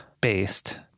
based